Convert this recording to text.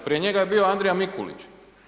Prije njega je bio Andrija Mikulić.